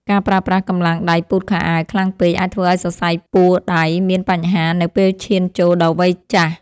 ការប្រើប្រាស់កម្លាំងដៃពូតខោអាវខ្លាំងពេកអាចធ្វើឱ្យសរសៃពួរដៃមានបញ្ហានៅពេលឈានចូលដល់វ័យចាស់។